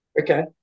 Okay